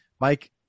Mike